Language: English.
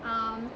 um